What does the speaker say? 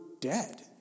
dead